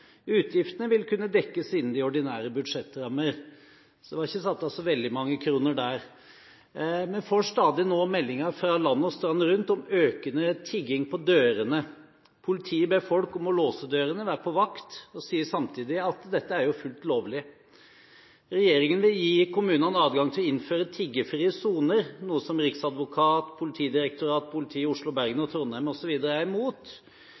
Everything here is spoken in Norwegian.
Utgiftene vil kunne dekkes innen de ordinære budsjettrammer.» Det er ikke satt av så veldig mange kroner der. Vi får stadig meldinger – land og strand rundt – om økende tigging på dørene. Politiet ber folk om å låse dørene og være på vakt – og sier samtidig at dette er fullt lovlig. Regjeringen vil gi kommunene adgang til å innføre tiggefrie soner, noe som riksadvokat, politidirektorat, politiet i Oslo, Bergen, Trondheim osv. er imot.